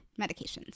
medications